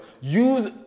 use